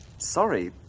sorry.